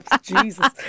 Jesus